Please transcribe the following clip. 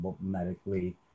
medically